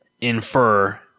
infer